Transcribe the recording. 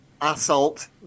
assault